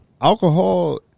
alcohol